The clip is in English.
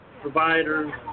providers